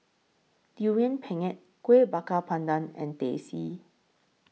Durian Pengat Kueh Bakar Pandan and Teh C